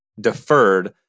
deferred